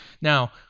Now